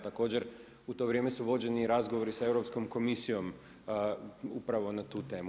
Također u to vrijeme su vođeni i razgovori sa Europskom komisijom upravo na tu temu.